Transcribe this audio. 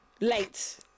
late